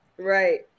Right